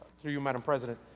through you, madam president,